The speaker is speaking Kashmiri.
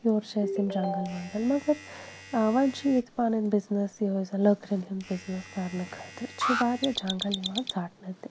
یورٕ چھِ اَسہِ یِم جنٛگَل وَنٛگَل مگر وۄنۍ چھِ ییٚتہِ پَنُن بِزنِس یِہوے زَن لٔکرِٮ۪ن ہُنٛد بِزنِس کَرنہٕ خٲطرٕ چھِ واریاہ جنٛگَل یِوان ژَٹنہٕ تہِ